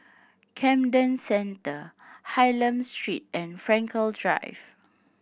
Camden Centre Hylam Street and Frankel Drive